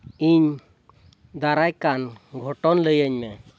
ᱤᱧ ᱫᱟᱨᱟᱭᱠᱟᱱ ᱜᱷᱚᱴᱚᱱ ᱞᱟᱹᱭᱟᱹᱧ ᱢᱮ